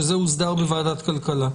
שזה הוסדר בוועדת הכלכלה.